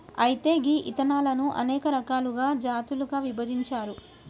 అయితే గీ ఇత్తనాలను అనేక రకాలుగా జాతులుగా విభజించారు